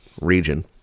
region